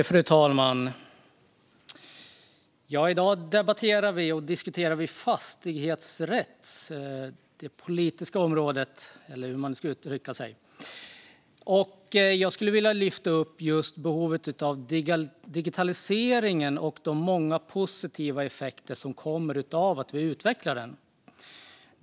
Fru talman! I dag debatterar och diskuterar vi det politiska området fastighetsrätt. Jag skulle vilja lyfta upp behovet av digitalisering och de många positiva effekter som kommer av att vi utvecklar den.